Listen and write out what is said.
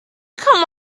come